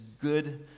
good